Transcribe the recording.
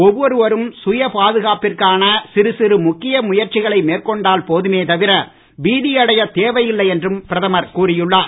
ஒவ்வொருவரும் சுய பாதுகாப்பிற்கான சிறு சிறு முக்கிய முயற்சிகளை மேற்கொண்டால் போதுமே தவிர பீதியடையத் தேவையில்லை என்றும் பிரதமர் கூறியுள்ளார்